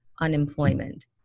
unemployment